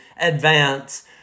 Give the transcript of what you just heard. advance